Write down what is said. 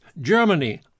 Germany